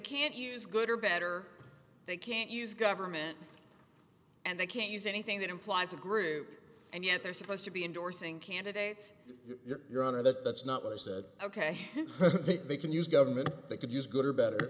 can't use good or better they can't use government and they can't use anything that implies a group and yet they're supposed to be endorsing candidates your honor that that's not what i said ok they can use government they could use good or better